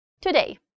Today